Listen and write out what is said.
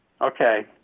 Okay